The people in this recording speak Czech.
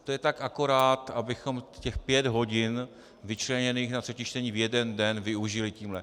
To je tak akorát, abychom těch pět hodin vyčleněných na třetí čtení v jeden den využili tímhle.